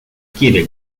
quiere